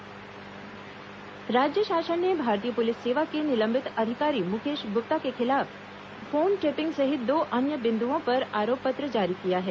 मुकेश गुप्ता आरोप पत्र राज्य शासन ने भारतीय पुलिस सेवा के निलंबित अधिकारी मुकेश गुप्ता के खिलाफ फोन टेपिंग सहित दो अन्य बिंद्ओं पर आरोप पत्र जारी किया है